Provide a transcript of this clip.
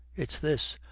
it's this,